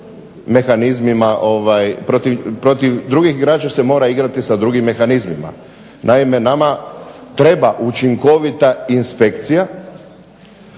protiv drugih igrača se mora igrati sa drugim mehanizmima. Naime, nama treba učinkovita inspekcija